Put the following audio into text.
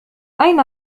أين